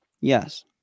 Yes